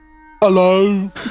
Hello